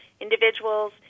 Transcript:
Individuals